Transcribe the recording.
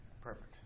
perfect